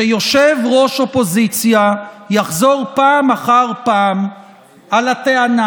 שראש אופוזיציה יחזור פעם אחר פעם על הטענה